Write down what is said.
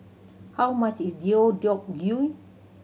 how much is Deodeok Gui